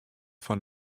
fan